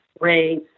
raise